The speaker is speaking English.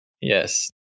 Yes